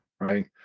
right